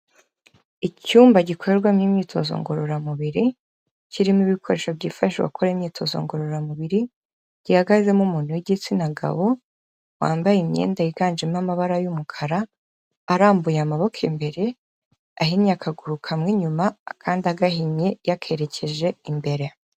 Icyumba gikorwamo imyitozo ngororamubiri, kirimo ibikoresho byifashwa gukora imyitozo ngororamubiri, gihagazemo umuntu w'igitsina gabo wambaye imyenda yiganjemo amabara y'umukara, arambuye amaboko imbere, ahinnye akaguru kamwe inyuma, akandi agahinnye yakerekeje imbere.